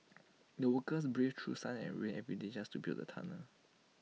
the workers braved through sun and rain every day just to build the tunnel